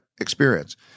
experience